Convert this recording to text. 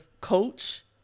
Coach